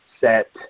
set